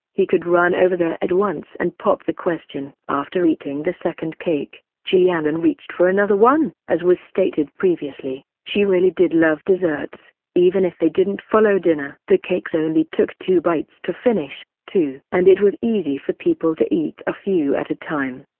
he could run over there at once and pop the question. after eating the second cake, ji yanran and and reached for another one. as was stated previously, she really did love desserts even if they didn't follow dinner. the cakes only took two bites to finish, too. and it was easy for people to eat a few at a time,